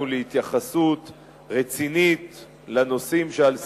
להתייחסות רצינית לנושאים שעל סדר-היום.